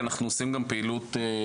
אנחנו גם עושים הרבה מאוד פעילות הסברה,